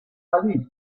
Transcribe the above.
balitz